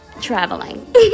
Traveling